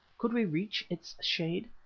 could we reach its shade?